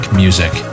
music